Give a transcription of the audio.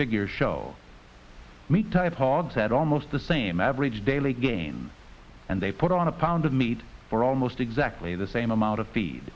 figures show me type hogs that almost the same average daily gain and they put on a pound of meat for almost exactly the same amount of fee